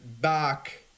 back